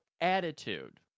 attitude